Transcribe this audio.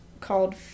called